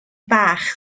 bach